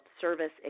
service